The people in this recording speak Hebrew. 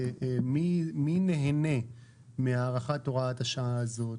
מי נהנה מהארכת הוראת השעה הזאת?